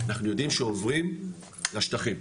אנחנו יודעים שעוברים לשטחים,